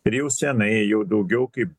ir jau senai jau daugiau kaip